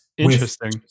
interesting